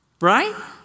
Right